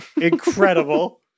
Incredible